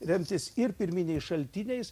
remtis ir pirminiais šaltiniais